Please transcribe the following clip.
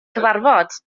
cyfarfod